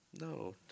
no